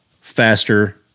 faster